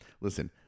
Listen